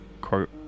quote